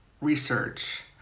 research